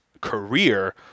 career